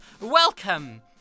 Welcome